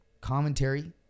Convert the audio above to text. commentary